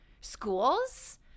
schools